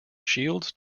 shields